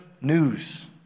news